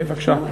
בבקשה.